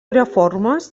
reformos